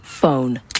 phone